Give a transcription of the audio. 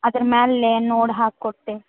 ಅದ್ರ ಮೇಲೆ ನೋಡಿ ಹಾಕಿ ಕೊಡ್ತೀನಿ